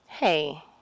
Hey